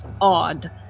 odd